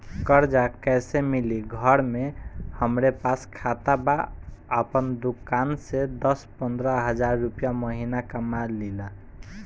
कर्जा कैसे मिली घर में हमरे पास खाता बा आपन दुकानसे दस पंद्रह हज़ार रुपया महीना कमा लीला?